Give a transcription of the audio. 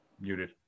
Muted